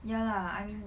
ya lah I mean